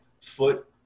foot